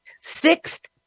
sixth